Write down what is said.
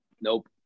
nope